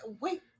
Wait